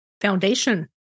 foundation